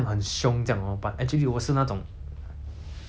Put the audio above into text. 外面很像石头这样 but 在我里面 hor 是一个